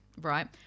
right